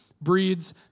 breeds